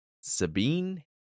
Sabine